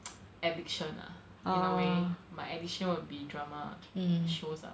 addiction ah in a way my addiction would be drama ah shows lah